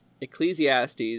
Ecclesiastes